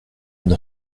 une